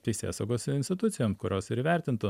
teisėsaugos institucijom kurios ir įvertintų